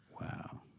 Wow